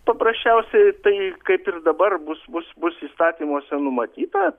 paprasčiausiai taip kaip ir dabar bus bus bus įstatymuose numatyta